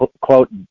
quote